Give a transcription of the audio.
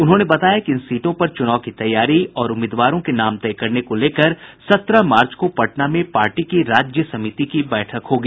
उन्होंने बताया कि इन सीटों पर चुनाव की तैयारी और उम्मीदवारों के नाम तय करने को लेकर सत्रह मार्च को पटना में पार्टी की राज्य समिति की बैठक होगी